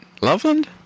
loveland